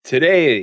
Today